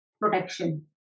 protection